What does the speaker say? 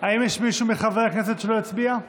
האם יש מישהו מחברי הכנסת שלא הצביע?